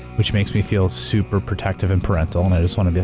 which makes me feel super protective and parental, and i just wanna be